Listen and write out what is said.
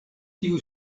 tiu